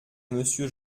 monsieur